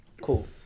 cool